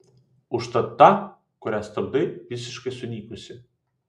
užtat ta kuria stabdai visiškai sunykusi